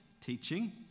teaching